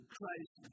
Christ